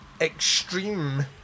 extreme